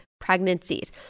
pregnancies